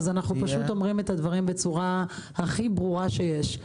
אז אנחנו פשוט אומרים את הדברים בצורה הכי ברורה שיש.